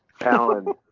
Alan